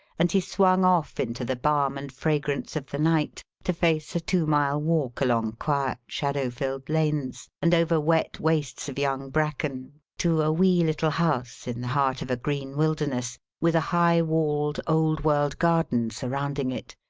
and he swung off into the balm and fragrance of the night to face a two-mile walk along quiet, shadow-filled lanes and over wet wastes of young bracken to a wee little house in the heart of a green wilderness, with a high-walled, old-world garden surrounding it,